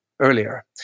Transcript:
earlier